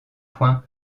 point